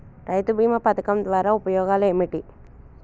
రైతు బీమా పథకం ద్వారా ఉపయోగాలు ఏమిటి?